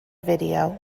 video